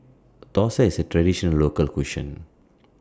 Thosai IS A Traditional Local Cuisine